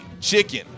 chicken